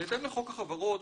בהתאם לחוק החברות,